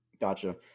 Gotcha